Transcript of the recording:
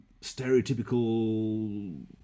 stereotypical